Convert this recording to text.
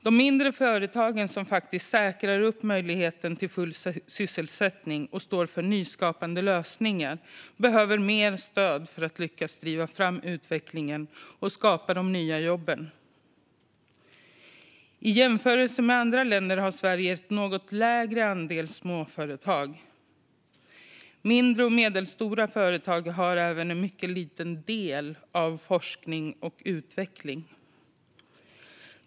De mindre företag som faktiskt säkrar upp möjligheten till full sysselsättning och står för nyskapande lösningar behöver mer stöd för att lyckas driva utvecklingen framåt och skapa de nya jobben. I jämförelse med andra länder har Sverige en något lägre andel småföretag. Mindre och medelstora företag har även en mycket liten del av forskning och utveckling.